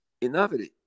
innovative